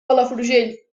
palafrugell